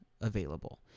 available